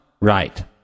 right